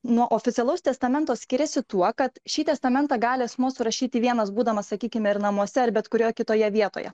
nuo oficialaus testamento skiriasi tuo kad šį testamentą gali asmuo surašyti vienas būdamas sakykime ir namuose ar bet kurioje kitoje vietoje